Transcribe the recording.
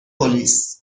پلیس